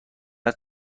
است